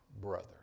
brother